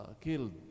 killed